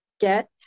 get